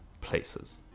places